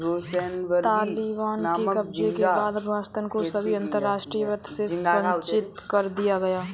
तालिबान के कब्जे के बाद अफगानिस्तान को सभी अंतरराष्ट्रीय वित्त से वंचित कर दिया गया